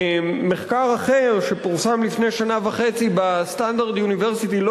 מחקר אחר שפורסם לפני שנה וחצי ב-Stanford University Law